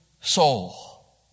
soul